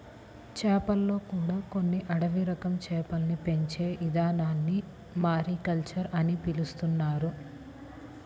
చేపల్లో కూడా కొన్ని అడవి రకం చేపల్ని పెంచే ఇదానాన్ని మారికల్చర్ అని పిలుత్తున్నారు